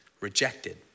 rejected